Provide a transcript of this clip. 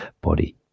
body